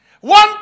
One